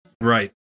Right